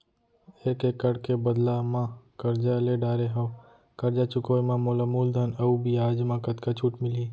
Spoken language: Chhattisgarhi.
एक एक्कड़ के बदला म करजा ले डारे हव, करजा चुकाए म मोला मूलधन अऊ बियाज म कतका छूट मिलही?